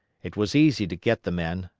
it was easy to get the men,